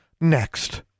Next